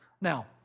Now